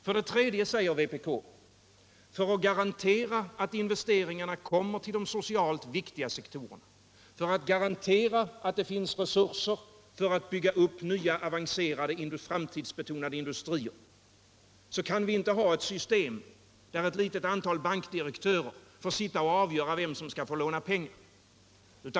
För det tredje säger vpk: För att garantera att investeringarna kommer till de socialt viktiga sektorerna, för att garantera att det finns resurser att bygga upp nya avancerade framtidsbetonade industrier, kan vi inte ha ett system där ett litet antal bankdirektörer får sitta och avgöra vem som skall få låna pengar.